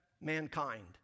mankind